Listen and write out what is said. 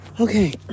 Okay